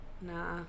Nah